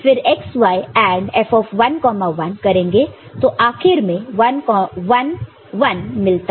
फिर x y AND F 11 करेंगे तो आखिर में 1 1 मिलता है